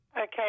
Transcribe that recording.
Okay